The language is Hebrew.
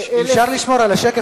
אפשר לשמור על השקט?